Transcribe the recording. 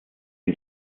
die